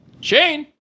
Shane